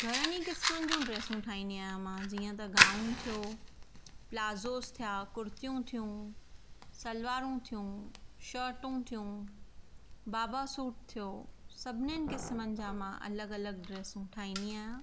घणनि ई क़िस्मनि जूं ड्रैसूं ठाहींदी आहियां मां जीअं त गाउन थियो प्लाज़ोस थिया कुर्तियूं थियूं सलवारूं थियूं शर्टू थियूं बाबा सूट थियो सभिनिन क़िस्मनि जा मां अलॻि अलॻि ड्रैसूं ठाहींदी आहियांं